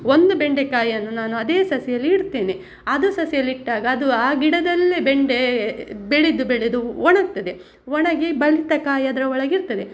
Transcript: ಒಂದು ಬೆಂಡೆಕಾಯನ್ನು ನಾನು ಅದೇ ಸಸಿಯಲ್ಲಿ ಇಡ್ತೇನೆ ಅದು ಸಸಿಯಲ್ಲಿಟ್ಟಾಗ ಅದು ಆ ಗಿಡದಲ್ಲೆ ಬೆಂಡೆ ಬೆಳೆದು ಬೆಳೆದು ಒಣಗ್ತದೆ ಒಣಗಿ ಬಲಿತ ಕಾಯಿ ಅದರ ಒಳಗಿರ್ತದೆ